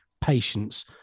patience